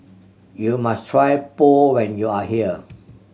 you must try Pho when you are here